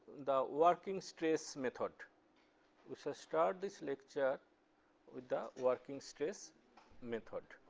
the working stress method we shall start this lecture with the working stress method.